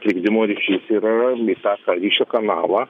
trikdymo ryšys yra į tą ką ryšio kanalą